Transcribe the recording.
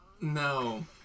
No